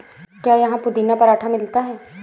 क्या यहाँ पुदीना पराठा मिलता है?